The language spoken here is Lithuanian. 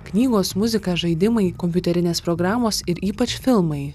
knygos muzika žaidimai kompiuterinės programos ir ypač filmai